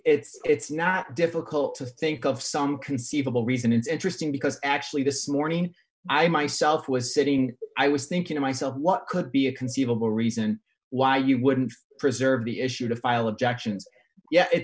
it's not difficult to think of some conceivable reason it's interesting because actually just morning i myself was sitting i was thinking to myself what could be a conceivable reason why you wouldn't preserve the issue to file objections yeah it